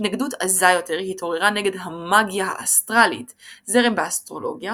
התנגדות עזה יותר התעוררה נגד המגיה האסטרלית - זרם באסטרולוגיה,